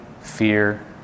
fear